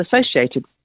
associated